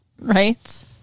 Right